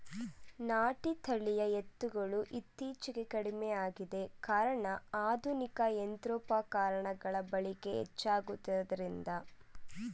ನಾಟಿ ತಳಿಯ ಎತ್ತುಗಳು ಇತ್ತೀಚೆಗೆ ಕಡಿಮೆಯಾಗಿದೆ ಕಾರಣ ಆಧುನಿಕ ಯಂತ್ರೋಪಕರಣಗಳ ಬಳಕೆ ಹೆಚ್ಚಾಗುತ್ತಿರುವುದರಿಂದ